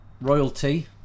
royalty